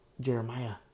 Jeremiah